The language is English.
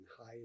high